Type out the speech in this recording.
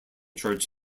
church